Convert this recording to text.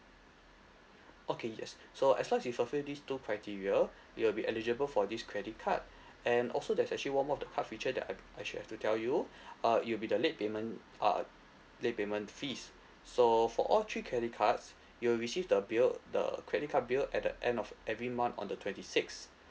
okay yes so as long you fulfil this two criteria you will be eligible for this credit card and also there's actually one more of the card feature that I I should have to tell you uh it will be the late payment uh late payment fees so for all three credit cards you will receive the bill the credit card bill at the end of every month on the twenty sixth